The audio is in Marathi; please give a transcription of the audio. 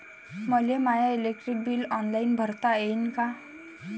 मले माय इलेक्ट्रिक बिल ऑनलाईन भरता येईन का?